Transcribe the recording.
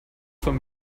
von